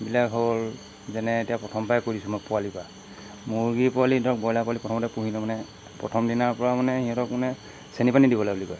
বিলাক হ'ল যেনে এতিয়া প্ৰথমৰপৰাই কৈ দিছোঁ মই পোৱালিপৰাই মুৰ্গী পোৱালি ধৰক ব্ৰয়লাৰ পোৱালি প্ৰথমতে পুহিলোঁ মানে প্ৰথম দিনৰপৰা মানে সিহঁতক মানে চেনি পানী দিব লাগে বুলি কয়